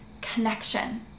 connection